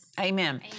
Amen